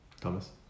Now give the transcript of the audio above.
Thomas